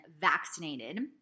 vaccinated